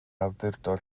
awdurdod